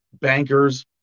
bankers